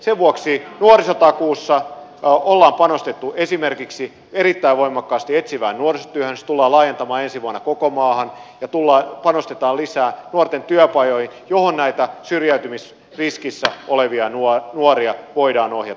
sen vuoksi nuorisotakuussa on panostettu erittäin voimakkaasti esimerkiksi etsivään nuorisotyöhön se tullaan laajentamaan ensi vuonna koko maahan ja panostetaan lisää nuorten työpajoihin joihin näitä syrjäytymisriskissä olevia nuoria voidaan ohjata